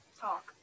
talk